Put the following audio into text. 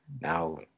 now